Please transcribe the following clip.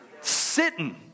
Sitting